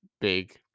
big